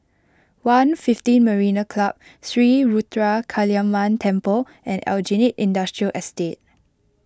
one fifteen Marina Club Sri Ruthra Kaliamman Temple and Aljunied Industrial Estate